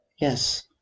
yes